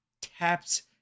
taps